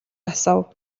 асуув